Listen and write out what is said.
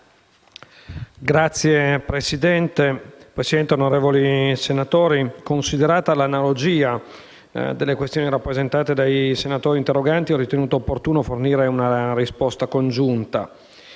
Signor Presidente, onorevoli senatori, considerata l'analogia delle questioni rappresentate dai senatori interroganti, ho ritenuto opportuno fornire una risposta congiunta.